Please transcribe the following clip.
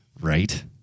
Right